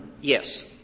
Yes